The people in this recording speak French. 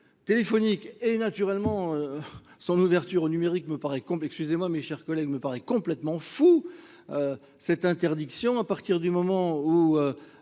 téléphonique, Et naturellement, son ouverture numérique me paraît complique, excusez-moi mes chers collègues, me paraît complètement fou, cette interdiction à partir du moment où